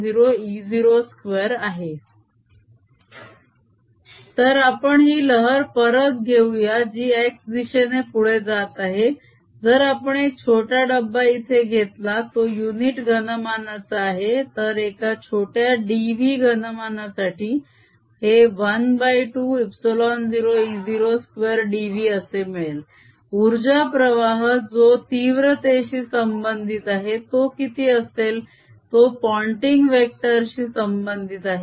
r ωt Time average140B02140E02c2140E02 Energy density in an EM wave120E02 तर आपण ही लहर परत घेऊया जी x दिशेने पुढे जात आहे जर आपण एक छोटा डब्बा इथे घेतला जो युनिट घनमानाचा आहे तर एका छोट्या dv घनमानासाठी हे ½ ε0 e0 2 dv असे मिळेल उर्जा प्रवाह जो तीव्रतेशी संबंधित आहे तो किती असेल तो पोंटिंग वेक्टर शी संबंधित आहे